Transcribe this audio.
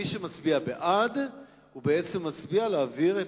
מי שמצביע בעד הוא בעצם מצביע בעד העברת